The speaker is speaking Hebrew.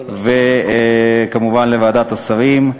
וכמובן לוועדת השרים.